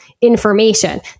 information